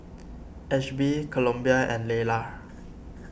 Ashby Columbia and Laylah